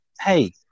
Hey